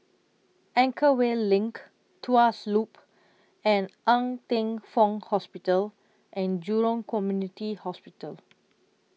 Anchorvale LINK Tuas Loop and Ng Teng Fong Hospital and Jurong Community Hospital